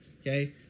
Okay